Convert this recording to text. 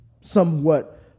somewhat